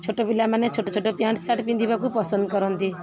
ଛୋଟ ପିଲାମାନେ ଛୋଟ ଛୋଟ ପ୍ୟାଣ୍ଟ୍ ସାର୍ଟ ପିନ୍ଧିବାକୁ ପସନ୍ଦ କରନ୍ତି